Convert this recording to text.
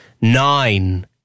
nine